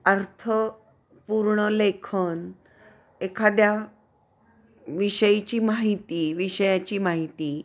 अर्थपूर्ण लेखन एखाद्या विषयाची माहिती विषयाची माहिती